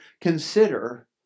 consider